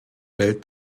welt